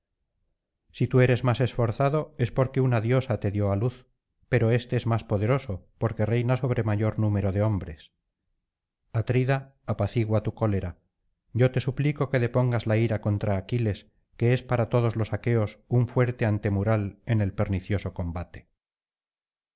si tú eres más esforzado es porque una diosa te dio á luz pero éste es más poderoso porque reina sobre mayor número de hombres atrida apacigua tu cólera yo te suplico que depongas la ira contra aquiles que es para todos los aqueos un fuerte antemural en el pernicioso combate